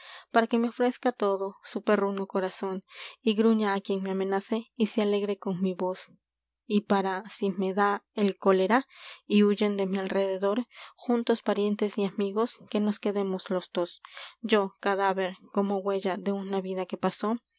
para que me su ofrezca todo perruno corazón y gruña á quien me amenace y se alegre si con mi voz y para me da el cólera y huyen de mi alrededor y juntos parientes que nos yo de amigos quedemos los dos como cadáver una huella vida que pasó